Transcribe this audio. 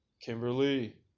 Kimberly